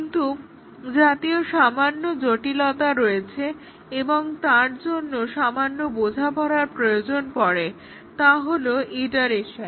কিন্তু জাতীয় সমান্য জটিলতা রয়েছে এবং যার জন্য সামান্য বোঝাপড়ার প্রয়োজন পড়ে তা হল ইটারেশন